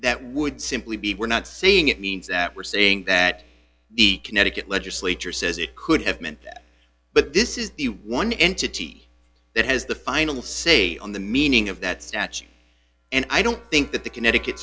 that would simply be we're not seeing it means that we're saying that the connecticut legislature says it could have meant that but this is the one entity that has the final say on the meaning of that statute and i don't think that the connecticut